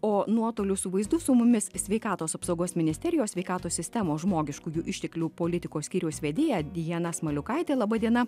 o nuotoliu su vaizdu su mumis sveikatos apsaugos ministerijos sveikatos sistemos žmogiškųjų išteklių politikos skyriaus vedėja diana smaliukaitė laba diena